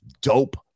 dope